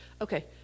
Okay